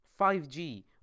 5G